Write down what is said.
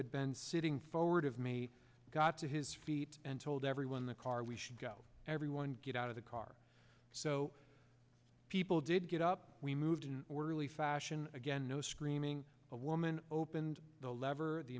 had been sitting forward of me got to his feet and told everyone the car we should go everyone get out of the car so people did get up we moved in an orderly fashion again no screaming the woman opened the lever the